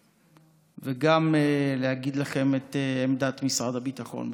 וגם להגיד לכם מה עמדת משרד הביטחון בסוף.